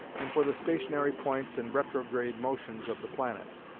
and for the stationary points and retrograde motions of the planets.